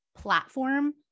platform